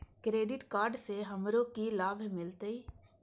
Credit card से हमरो की लाभ मिलते?